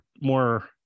More